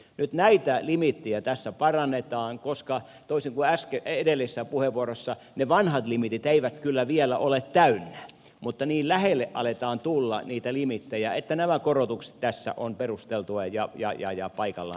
nyt näitä limiittejä tässä parannetaan koska toisin kuin edellisessä puheenvuorossa sanottiin ne vanhat limiitit eivät kyllä vielä ole täynnä mutta niin lähelle aletaan tulla niitä limiittejä että nämä korotukset tässä ovat perusteltuja ja paikallaan olevia